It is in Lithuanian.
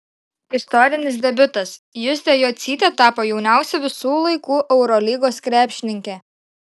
istorinis debiutas justė jocytė tapo jauniausia visų laikų eurolygos krepšininke